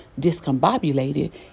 discombobulated